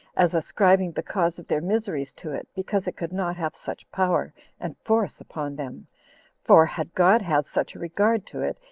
as ascribing the cause of their miseries to it, because it could not have such power and force upon them for, had god had such a regard to it,